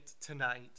tonight